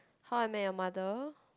How-I-Met-Your-Mother